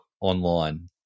online